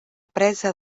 presa